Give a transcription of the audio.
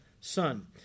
Son